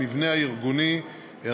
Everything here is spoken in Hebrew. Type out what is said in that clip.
המבנה הארגוני שלו,